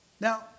Now